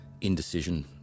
indecision